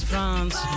France